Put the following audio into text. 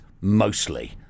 mostly